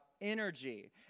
energy